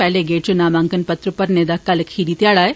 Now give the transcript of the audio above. पेहले गैड च नामांकन पत्र भरने दा कल खीरी ध्याढ़ा ऐ